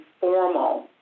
formal